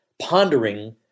pondering